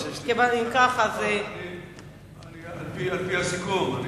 זה על-פי הסיכום.